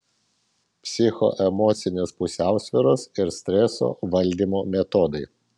psichoemocinės pusiausvyros ir streso valdymo metodai